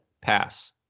pass